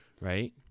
right